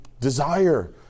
desire